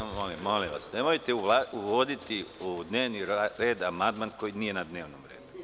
Molim vas, nemojte uvoditi u dnevni red amandman koji nije na dnevnom redu.